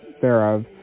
thereof